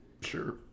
Sure